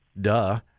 Duh